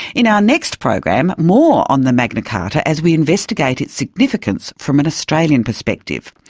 in our next programme, more on the magna carta, as we investigate its significance from an australian perspective.